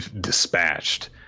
dispatched